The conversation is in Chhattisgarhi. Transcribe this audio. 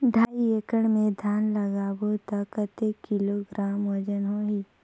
ढाई एकड़ मे धान लगाबो त कतेक किलोग्राम वजन होही?